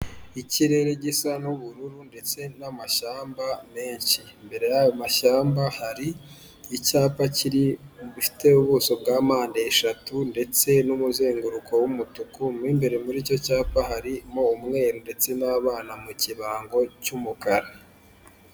Ikirere gisa n'ubururu ndetse n'amashyamba menshi. Imbere y'ayo mashyamba, hari icyapa kiri gifite ubuso bwa mpande eshatu ndetse n'umuzenguruko w'umutuku, mo imbere muri icyo cyapa harimo umweru ndetse n'abana mu kirango cy'umukara.